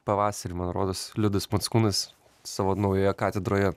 pavasarį man rodos liudas mockūnas savo naujoje katedroje